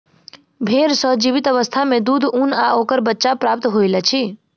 भेंड़ सॅ जीवित अवस्था मे दूध, ऊन आ ओकर बच्चा प्राप्त होइत अछि